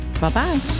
Bye-bye